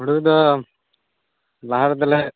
ᱦᱩᱲᱩ ᱫᱚ ᱞᱟᱦᱟ ᱨᱮᱫᱚ ᱞᱮ